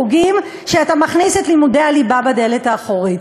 חוגים שאתה מכניס בהם את לימודי הליבה בדרך האחורית.